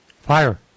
Fire